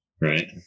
right